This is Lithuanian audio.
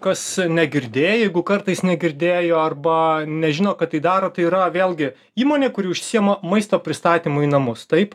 kas negirdėjo jeigu kartais negirdėjo arba nežino kad tai daro tai yra vėlgi įmonė kuri užsiėma maisto pristatymu į namus taip